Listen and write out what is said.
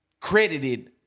credited